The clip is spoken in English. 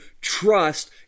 trust